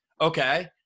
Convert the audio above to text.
Okay